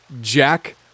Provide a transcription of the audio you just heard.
Jack